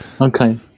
okay